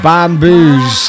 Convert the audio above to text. Bamboos